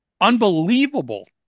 unbelievable